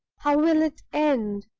how will it end?